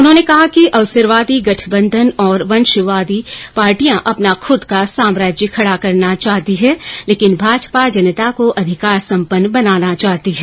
उन्होंने कहा कि अवसरवादी गठबंधन और वंशवादी पार्टियां अपना खूद का सामाज्य खड़ा करना चाहती है लेकिन भाजपा जनता को अधिकार सम्पन्न बनाना चाहती है